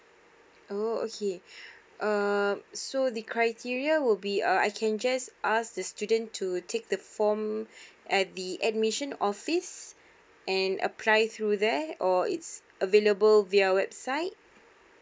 oh okay um so the criteria will be err I can just ask the student to take the form at the admission office and apply through there or it's available via website